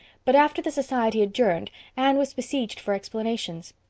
but after the society adjourned anne was besieged for explanations.